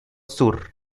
sur